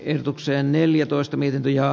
ehdotukseen neljätoista miljardia